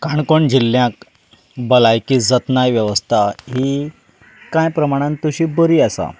काणकोण जिल्ल्यांत भलायकी जतनाय वेवस्था ही कांय प्रमाणान तशी बरी आसा